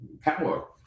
power